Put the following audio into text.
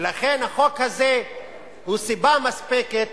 ולכן, החוק הזה הוא סיבה מספקת,